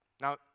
Now